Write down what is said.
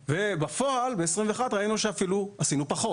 ובפועל בשנת 2021 ראינו שאפילו עשינו פחות.